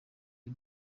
iyo